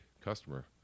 customer